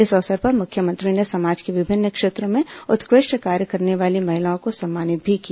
इस अवसर पर मुख्यमंत्री ने समाज के विभिन्न क्षेत्रों में उत्कृष्ट कार्य करने वाली महिलाओं को सम्मानित भी किया